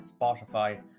Spotify